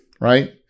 right